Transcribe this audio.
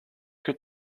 could